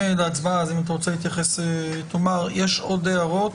יש עוד הערות?